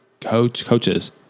coaches